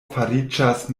fariĝas